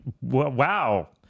Wow